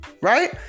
right